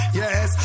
yes